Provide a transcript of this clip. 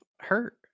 Hurt